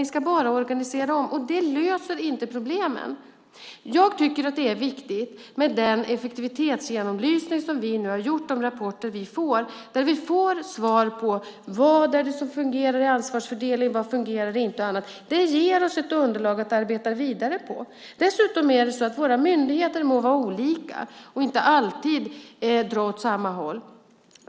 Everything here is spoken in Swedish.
Ni ska bara organisera om, och det löser inte problemen. Jag tycker att det är viktigt med den effektivitetsgenomlysning som vi nu har gjort och de rapporter som vi får. Där får vi svar på vad det är som fungerar i ansvarsfördelningen och vad som inte fungerar. Det ger oss ett underlag att arbeta vidare med. Dessutom: Våra myndigheter må vara olika och må inte alltid dra åt samma håll.